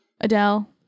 Adele